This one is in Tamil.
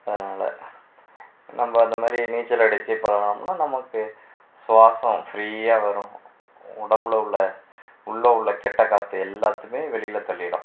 அதனால் நம்ம அந்த மாதிரி நீச்சல் அடிச்சு பழகினோம்னா நமக்கு சுவாசம் ஃப்ரீயாக வரும் உடம்புல உள்ள உள்ள உள்ள கெட்ட காற்று எல்லாத்துமே வெளியில் தள்ளிவிடும்